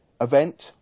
event